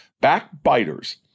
backbiters